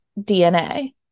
DNA